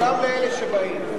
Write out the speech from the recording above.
גם לאלה שבאים.